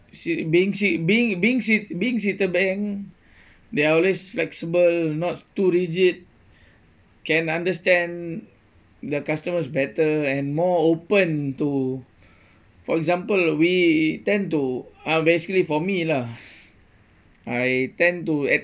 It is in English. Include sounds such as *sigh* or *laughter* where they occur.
ci~ being ci~ being being ci~ being citibank they are always flexible not too rigid can understand the customers better and more open to *breath* for example we tend to uh basically for me lah *breath* I tend to at